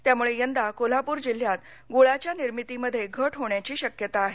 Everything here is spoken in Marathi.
त्यामुळे यंदा कोल्हापुर जिल्ह्यात गुळाची निर्मिती मध्ये घट होण्याची शक्यता आहे